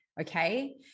okay